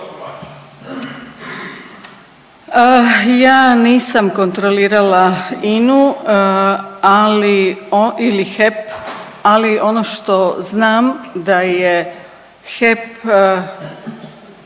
Ja nisam kontrolirala INA-u, ali ili HEP, ali ono što znam da je HEP